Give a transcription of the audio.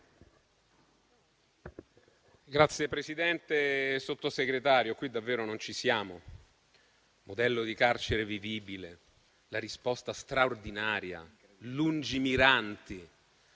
Signor Presidente, signor Sottosegretario, qui davvero non ci siamo. Modello di carcere vivibile, risposta straordinaria, lungimiranti?